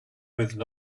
without